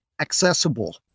accessible